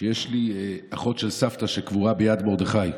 שיש לי אחות של סבתא שקבורה ביד מרדכי.